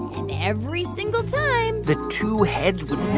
and every single time. the two heads would